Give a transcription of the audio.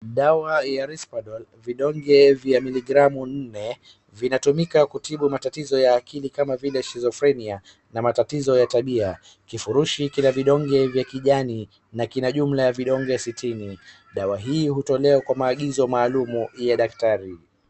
Dawa ya risperdol vidonge vya miligramu nne, vinatumika kutibu matatizo ya akili kama schizophrenia vile na matatizo ya tabia. Kifurushi kina vidonge vya kijani na kina jumla ya vidonge sitini. Dawa hii hutolewa kwa maagizo maalumu ya daktari.